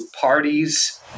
parties